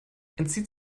entzieht